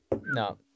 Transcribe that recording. no